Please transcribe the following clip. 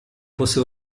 fosse